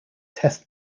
test